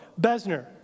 Besner